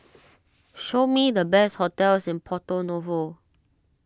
show me the best hotels in Porto Novo